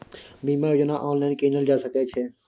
बीमा योजना ऑनलाइन कीनल जा सकै छै?